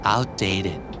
Outdated